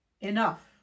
Enough